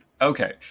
okay